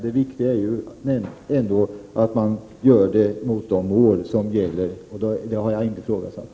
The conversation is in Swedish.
Det viktiga är ändå att verksamheten bedrivs i enlighet med den målsättning som gäller, och det har jag inte ifrågasatt.